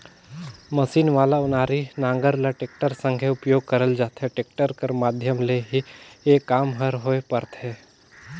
machine वाला ओनारी नांगर ल टेक्टर संघे उपियोग करल जाथे, टेक्टर कर माध्यम ले ही ए काम हर होए पारथे